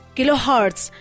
Kilohertz